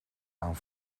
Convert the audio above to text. aan